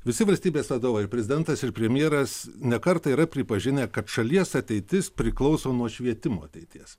visi valstybės vadovai ir prezidentas ir premjeras ne kartą yra pripažinę kad šalies ateitis priklauso nuo švietimo ateities